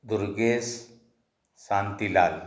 Durgesh Shantilal